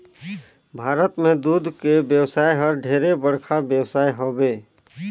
भारत में दूद के बेवसाय हर ढेरे बड़खा बेवसाय हवे